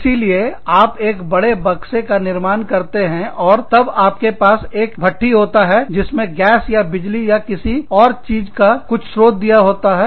इसीलिए आप एक बड़े बक्से का निर्माण करते हैं और तब आपके पास एक भट्टी होता है जिसमें गैस या बिजली या किसी और चीज का कुछ स्रोत दिया जाता है